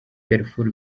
darfour